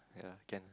yeah can